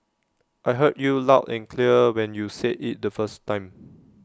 I heard you loud and clear when you said IT the first time